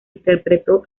interpretó